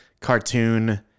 Cartoon